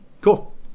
Cool